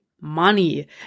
Money